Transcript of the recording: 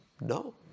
No